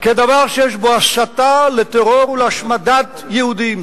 כדבק שיש בו הסתה לטרור ולהשמדת יהודים.